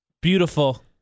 Beautiful